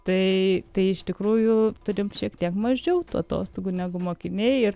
tai tai iš tikrųjų turim šiek tiek mažiau tų atostogų negu mokiniai ir